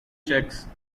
checks